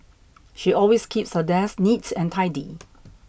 she always keeps her desk neat and tidy